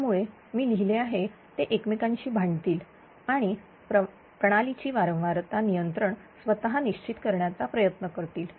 त्यामुळे मी लिहिले आहे ते एकमेकांशी भांडतील आणि प्रणालीची वारंवारता नियंत्रण स्वतः निश्चित करण्याचा प्रयत्न करतील